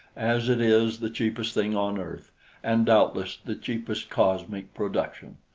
as it is the cheapest thing on earth and, doubtless, the cheapest cosmic production.